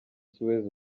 suez